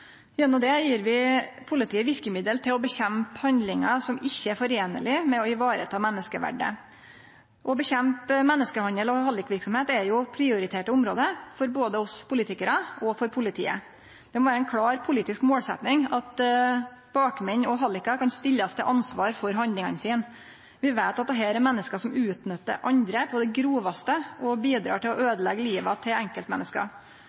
Gjennom det gir vi politiet verkemiddel til å motarbeide handlingar som ikkje kan foreinast med å vareta menneskeverdet. Å motarbeide menneskehandel og hallikverksemd er prioriterte område for både oss politikarar og politiet. Det må vere ei klar politisk målsetjing at bakmenn og hallikar kan stillast til ansvar for handlingane sine. Vi veit at dette er menneske som utnyttar andre på det grovaste og bidreg til å øydeleggje livet til enkeltmenneske.